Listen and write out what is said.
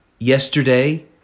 yesterday